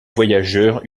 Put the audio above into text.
voyageurs